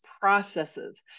processes